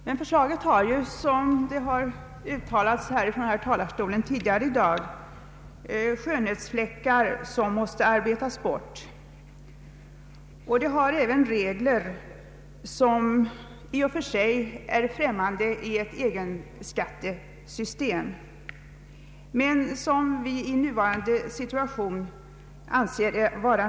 Men förslaget har som har sagts tidigare i dag skönhetsfläckar som måste arbetas bort, och det har även regler som i och för sig är främmande i ett sådant här skattesystem men som vi i nuvarande situation anser nödvändiga.